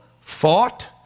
fought